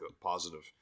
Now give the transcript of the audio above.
positive